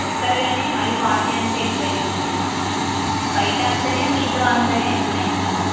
వస్తారు గానీ మరీ ఫార్టీ అంటే ఎక్కువ అవుతుంది బయట అంతనే మీతో అంతనే ఎట్లా ఇంకా